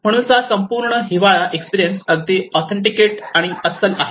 म्हणूनच हा संपूर्ण हिवाळा एक्सपिरीयन्स अगदी अथेंतिकेट आहे